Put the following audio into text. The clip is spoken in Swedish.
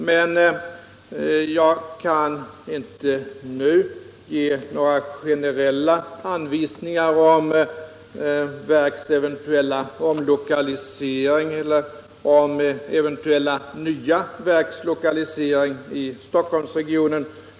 Men jag kan inte nu ge några generella anvisningar om verks eventuella omlokalisering eller om eventuella nya verks lokalisering i Stockholmsregionen.